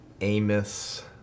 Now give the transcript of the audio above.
Amos